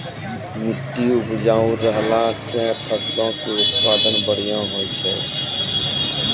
मट्टी उपजाऊ रहला से फसलो के उत्पादन बढ़िया होय छै